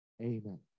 Amen